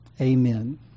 Amen